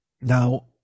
Now